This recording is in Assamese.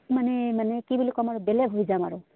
মানে মানে কি বুলি ক'ম আৰু বেলেগ হৈ যাম আৰু